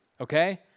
Okay